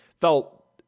felt